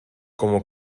como